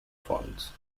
funds